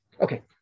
Okay